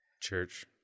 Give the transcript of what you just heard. Church